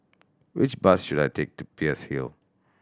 which bus should I take to Peirce Hill